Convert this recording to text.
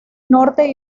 norte